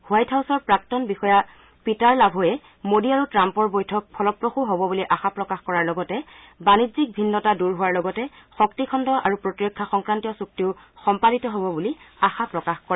white হাউছৰ প্ৰাক্তন বিষয়া পিটাৰ লাভ'ৱে মোদী আৰু ট্ৰাম্পৰ বৈঠক ফলপ্ৰসূ হ'ব বুলি আশা প্ৰকাশ কৰাৰ লগতে বাণিজ্যিক ভিন্নতা দূৰ হোৱাৰ লগতে শক্তিখণ্ড আৰু প্ৰতিৰক্ষা সংক্ৰান্তীয় চুক্তিও সম্পাদিত হ'ব বুলি আশা প্ৰকাশ কৰে